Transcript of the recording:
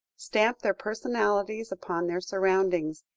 stamp their personalities upon their surroundings,